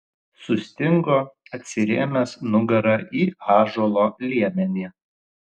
sustingo atsirėmęs nugara į ąžuolo liemenį